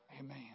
Amen